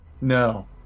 No